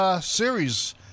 series